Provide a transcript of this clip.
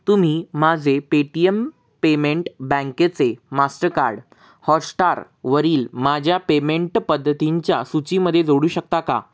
तुम्ही माझे Paytm payment बँकेचे मास्टकार्ड हॉस्टारवरील माझ्या पेमेंट पद्धतींच्या सूचीमध्ये जोडू शकता का